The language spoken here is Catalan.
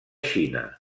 xina